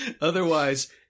Otherwise